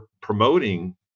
promoting